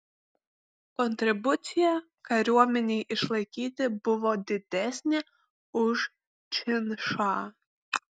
kontribucija kariuomenei išlaikyti buvo didesnė už činšą